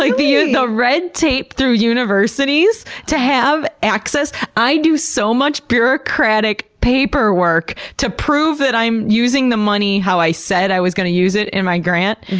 like the you know red tape through universities to have access? i do so much bureaucratic paperwork to prove that i'm using the money how i said i was gonna use it in my grant.